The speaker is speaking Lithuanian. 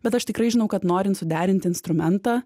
bet aš tikrai žinau kad norint suderinti instrumentą